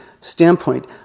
standpoint